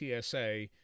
TSA